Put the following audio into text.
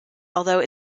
although